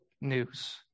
news